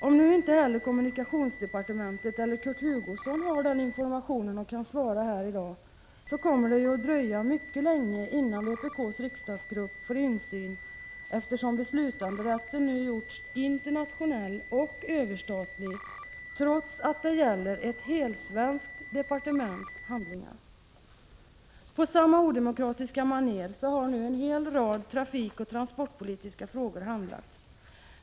Om inte heller kommunikationsdepartementet eller Kurt Hugosson har den informationen och kan svara här i dag, kommer det att dröja mycket länge innan vpks riksdagsgrupp får insyn, eftersom beslutanderätten nu gjorts internationell och överstatlig, trots att det gäller ett helsvenskt departements handlingar. På samma odemokratiska maner har nu en hel rad trafikoch transportpolitiska frågor handlagts.